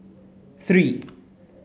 three